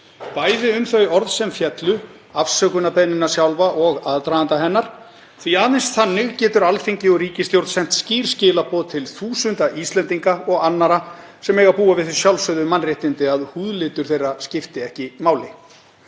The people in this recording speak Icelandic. bæði um þau orð sem féllu, afsökunarbeiðnina sjálfa og aðdraganda hennar því aðeins þannig getur Alþingi og ríkisstjórn sent skýr skilaboð til þúsunda Íslendinga og annarra sem eiga að búa við þau sjálfsögðu mannréttindi að húðlitur þeirra skipti ekki máli.